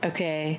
Okay